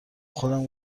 خودم